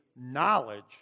knowledge